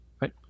right